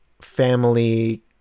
family